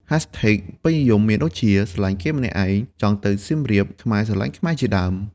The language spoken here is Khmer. Hashtags ពេញនិយមមានដូចជា # ស្រឡាញ់គេម្នាក់ឯង #ចង់ទៅសៀមរាប #ខ្មែរស្រឡាញ់ខ្មែរ ជាដើម។